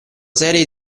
serie